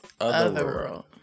Otherworld